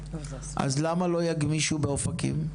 אז למה לא יתגמשו באופקים?